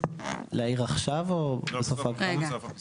את רוצה לאפשר לו את זה.